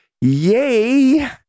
Yay